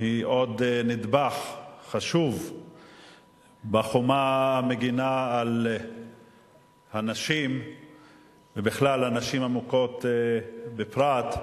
היא עוד נדבך חשוב בחומה המגינה על הנשים בכלל על הנשים המוכות בפרט,